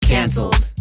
Cancelled